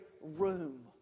room